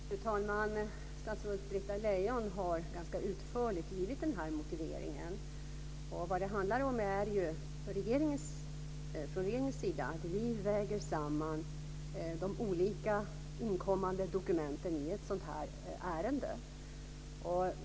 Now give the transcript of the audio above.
Fru talman! Statsrådet Britta Lejon har ganska utförligt givit motiveringen. Vad det handlar om från regeringens sida är att vi väger samman de olika inkommande dokumenten i ett sådant ärende.